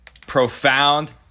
profound